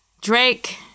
Drake